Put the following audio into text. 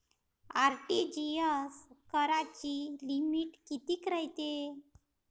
RTGS कराची limit कितीक रायते?